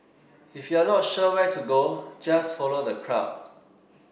if you're not sure where to go just follow the crowd